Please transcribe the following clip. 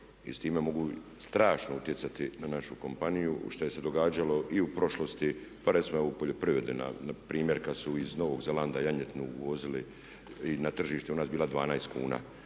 i s time mogu strašno utjecati na našu kompaniju što se je događalo i u prošlosti, pa recimo evo poljoprivrede na primjer kad su iz Novog Zelanda janjetinu uvozili i na tržištu je u nas bila 12 kuna,